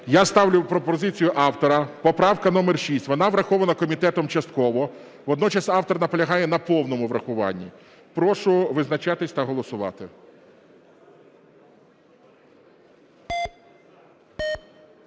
Я ставлю пропозицію автора, поправка номер 6. Вона врахована комітетом частково. Водночас автор наполягає на повному врахуванні. Прошу визначатися та голосувати.